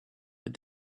but